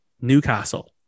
Newcastle